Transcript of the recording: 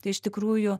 tai iš tikrųjų